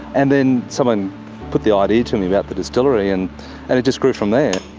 and then someone put the idea to me about the distillery and and it just grew from there.